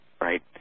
right